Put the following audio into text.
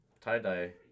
tie-dye